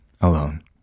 alone